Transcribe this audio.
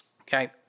Okay